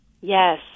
Yes